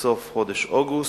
בסוף חודש אוגוסט.